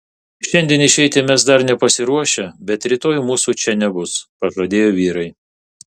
šiandien išeiti mes dar nepasiruošę bet rytoj mūsų čia nebus pažadėjo vyrai